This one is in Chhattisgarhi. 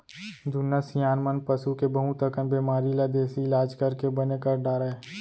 जुन्ना सियान मन पसू के बहुत अकन बेमारी ल देसी इलाज करके बने कर डारय